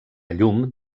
llum